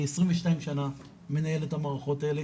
אני עשרים ושתיים שנה מנהל את המערכות האלה,